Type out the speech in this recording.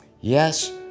yes